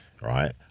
Right